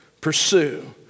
pursue